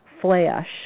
flash